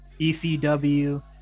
ECW